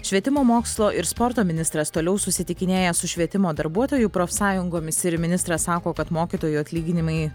švietimo mokslo ir sporto ministras toliau susitikinėja su švietimo darbuotojų profsąjungomis ir ministras sako kad mokytojų atlyginimai